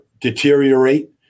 deteriorate